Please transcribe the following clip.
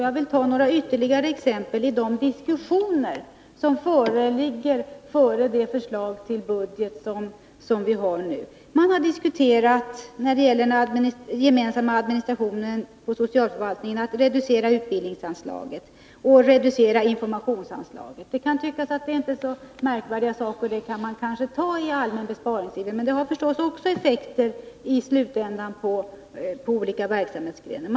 Jag vill ge ytterligare några exempel från de diskussioner som har förevarit det förslag till budget som nu föreligger. När det gäller den gemensamma administrationen på socialförvaltningen har det diskuterats en reducering av utbildningsoch informationsanslagen. Det kan tyckas att det inte är så märkvärdigt och att det kanske kan accepteras i den allmänna besparingsivern. Men i slutändan får det förstås effekter på olika verksamhetsgrenar.